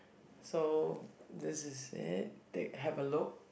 so this is it take have a look